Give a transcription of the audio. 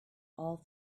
all